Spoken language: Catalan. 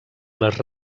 les